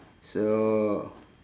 so